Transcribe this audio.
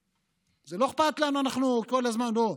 זה לא אכפת לנו, אנחנו, כל הזמן, לא,